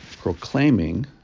proclaiming